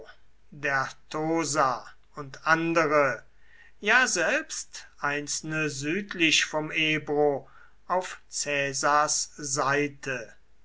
dertosa und andere ja selbst einzelne südlich vom ebro auf caesars seite